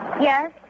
Yes